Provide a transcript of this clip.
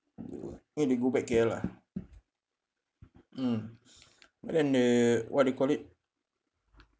err when they go back K_L ah mm and then the what you call it